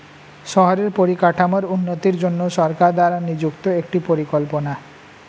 শহরের পরিকাঠামোর উন্নতির জন্য সরকার দ্বারা নিযুক্ত একটি পরিকল্পনা